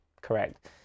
correct